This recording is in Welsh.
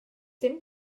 dim